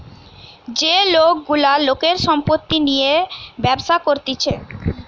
যে লোক গুলা লোকের সম্পত্তি নিয়ে ব্যবসা করতিছে